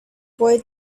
boy